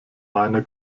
meiner